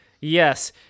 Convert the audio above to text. Yes